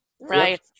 Right